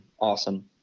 Awesome